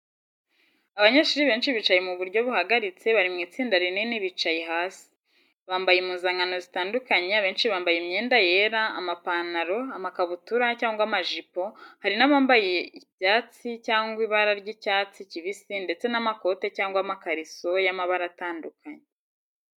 Abanyeshuri benshi bicaye mu buryo buhagaritse bari mu itsinda rinini bicaye hasi. Bambaye impuzankano zitandukanye abenshi bambaye imyenda yera amapantaro, amakabutura, cyangwa amajipo, hari n’abambaye ibyatsi cyangwa ibara ry’icyatsi kibisi ndetse n’amakote cyangwa amakariso y’amabara atandukanye.